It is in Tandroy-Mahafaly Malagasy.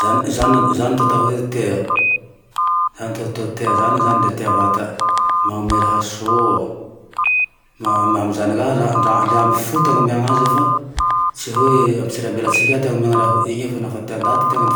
Zany, zane ty atao hoe tea, ny antone atao tea zao zane le tea vatae, manome raha soa, amy zanake dra le amy fo ty anome aze fa tsy hoe ame fiatsara-belatsihy ka ty hanome raha hoy ine fa naha tean-daty tena